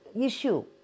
issue